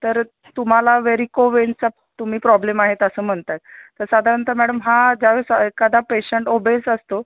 तर तुम्हाला वेरिको वेनचा तुम्ही प्रॉब्लेम आहेत असं म्हणताय तर साधारणतः मॅडम हा ज्यावेळे एखादा पेशंट ओबेस असतो